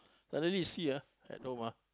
suddenly you see ah at home ah